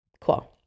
Cool